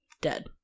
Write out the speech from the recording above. dead